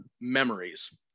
memories